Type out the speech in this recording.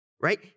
right